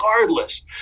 regardless